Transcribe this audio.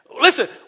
Listen